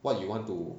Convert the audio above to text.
what you want to